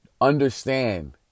understand